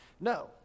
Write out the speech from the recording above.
No